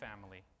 family